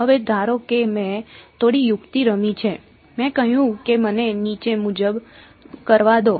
હવે ધારો કે મેં થોડી યુક્તિ રમી છે મેં કહ્યું કે મને નીચે મુજબ કરવા દો